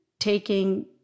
taking